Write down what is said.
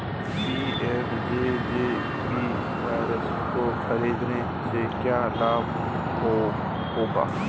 PMJJBY को खरीदने से क्या लाभ होगा?